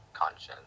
conscience